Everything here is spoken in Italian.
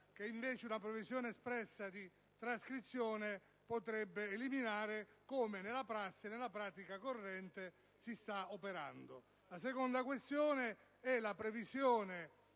che una previsione espressa di trascrizione potrebbe eliminare, come nella prassi e nella pratica corrente si sta operando. La seconda questione riguarda la previsione